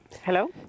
Hello